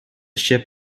ship